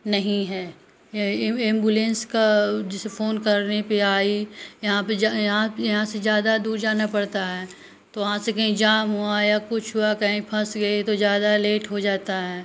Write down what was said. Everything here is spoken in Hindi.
नहीं है एम एम्बुलेंस का जैसे फोन करने पर आई यहाँ पर जा यहाँ पर यहाँ से ज़्यादा दूर जाना पड़ता है तो वहाँ से कहीं जाम हुआ या कुछ हुआ कहीं फंस गए तो ज़्यादा लेट हो जाता है